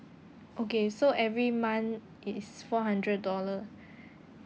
okay so every month it is four hundred dollar